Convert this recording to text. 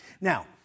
Now